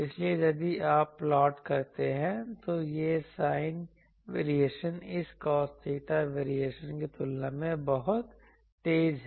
इसलिए यदि आप प्लॉट करते हैं तो यह sin वेरिएशन इस cos theta वेरिएशन की तुलना में बहुत तेज है